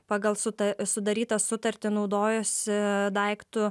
pagal suta sudarytą sutartį naudojosi daiktu